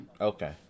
Okay